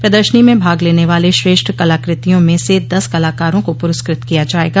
प्रदर्शनी में भाग लेने वाले श्रेष्ठ कलाकृतियों में से दस कलाकारों को पुरस्कृत किया जायेगा